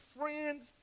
friends